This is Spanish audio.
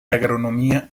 agronomía